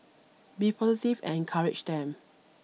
be positive and encourage them